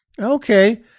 Okay